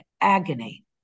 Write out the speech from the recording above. agony